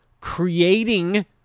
creating